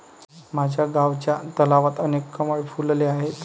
माझ्या गावच्या तलावात अनेक कमळ फुलले आहेत